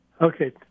Okay